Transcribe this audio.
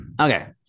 Okay